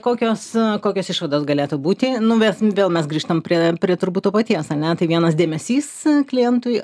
kokios kokios išvados galėtų būti nu mes vėl mes grįžtam prie prie turbūt to paties ane tai vienas dėmesys klientui